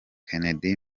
kennedy